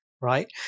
right